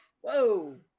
Whoa